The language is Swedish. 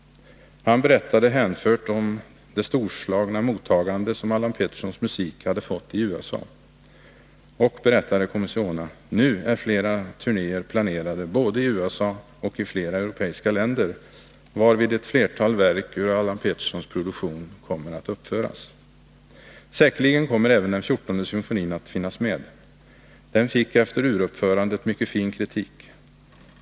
Han berättade hänfört om det storslagna mottagande som Allan Petterssons musik hade fått i USA. Och nu är, berättade Comissiona, flera turnéer planerade både i USA och i flera europeiska länder, varvid ett flertal verk ur Allan Petterssons produktion kommer att uppföras. Säkerligen kommer även den 14:de symfonin att finnas med. Den fick efter uruppförandet mycket fin kritik.